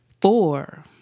Four